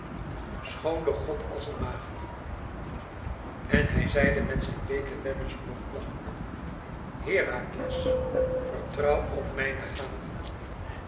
schoon de god als een maagd en hij zeide met zijn weeken wellustmond lachende herakles vertrouw op mijn gave